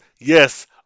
yes